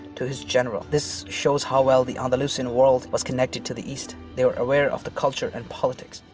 to his general. this shows how well the andalusian world was connected to the east. they were aware of the culture and politics.